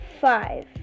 five